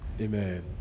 Amen